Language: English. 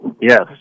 yes